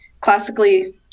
classically